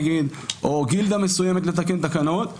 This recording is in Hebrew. או גילדה מסוימת לתקן תקנות.